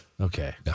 Okay